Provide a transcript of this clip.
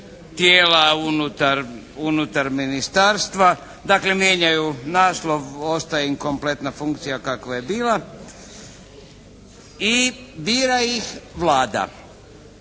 tijela unutar ministarstva, dakle mijenjaju naslov, ostaje im kompletna funkcija kakva je bila i bira ih Vlada.